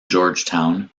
georgetown